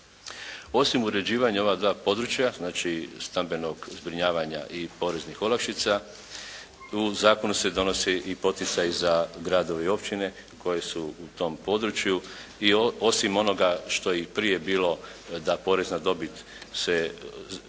Osim uređivanja ova dva područja, znači stambenog zbrinjavanja i poreznih olakšica u zakonu se donose i poticaji za gradove i općine koje su u tom području i osim onoga što je i prije bilo da porez na dobit se, ostvaren